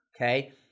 Okay